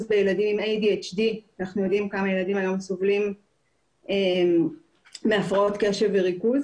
בילדים עם ADHD. אנחנו יודעים כמה ילדים היום סובלים מהפרעות קשה וריכוז.